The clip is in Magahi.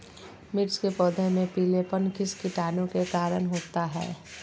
मिर्च के पौधे में पिलेपन किस कीटाणु के कारण होता है?